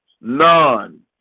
none